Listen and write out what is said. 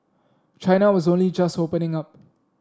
China was only just opening up